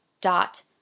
dot